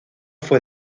fue